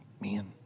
Man